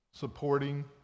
supporting